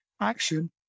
Action